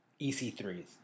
EC3s